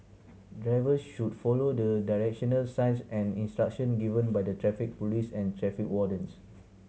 drivers should follow the directional signs and instructions given by the Traffic Police and traffic wardens